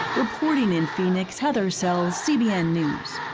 reporting in phoenix, heather sells, cbn news.